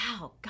wow